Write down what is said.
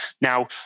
Now